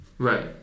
Right